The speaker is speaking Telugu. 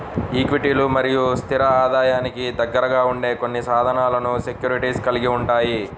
ఈక్విటీలు మరియు స్థిర ఆదాయానికి దగ్గరగా ఉండే కొన్ని సాధనాలను సెక్యూరిటీస్ కలిగి ఉంటాయి